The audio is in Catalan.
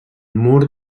mur